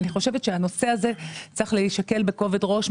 אני חושבת שהנושא הזה צריך להישקל בכובד ראש,